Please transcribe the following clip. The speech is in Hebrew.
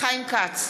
חיים כץ,